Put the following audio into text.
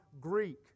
Greek